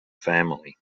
family